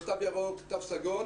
יש תו ירוק, יש תו סגול,